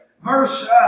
Verse